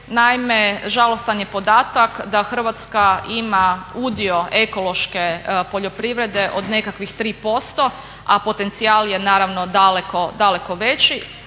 Naime, žalostan je podatak da Hrvatska ima udio ekološke poljoprivrede od nekakvih 3%, a potencijal je naravno daleko,